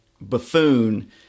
buffoon